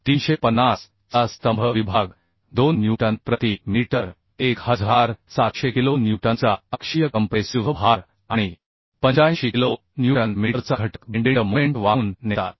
ISHV350 चा स्तंभ विभाग 2 न्यूटन प्रति मीटर 1700 किलो न्यूटनचा अक्षीय कंप्रेसिव्ह भार आणि 85 किलो न्यूटन मीटरचा घटक बेंडिंड मोमेंट वाहून नेतात